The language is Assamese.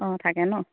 অঁ থাকে ন